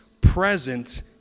present